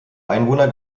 einwohner